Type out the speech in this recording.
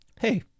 hey